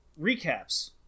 recaps